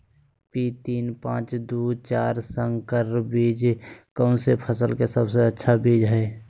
P तीन पांच दू चार संकर बीज कौन सी फसल का सबसे अच्छी बीज है?